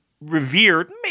revered